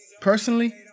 personally